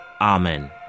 Amen